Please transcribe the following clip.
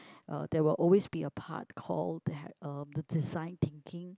uh that will always be a part called uh the design thinking